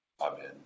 Amen